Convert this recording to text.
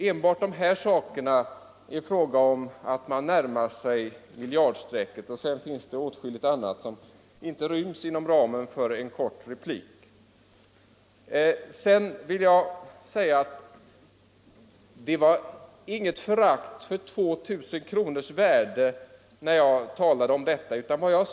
Enbart de här sakerna gör att det sammanlagda beloppet närmar sig miljardstrecket, och sedan finns det åtskilligt annat som inte ryms inom ramen för en kort replik. Det var inget förakt för 2 000 kronors värde som jag uttryckte när jag undrade vad det beloppet betyder för företagen.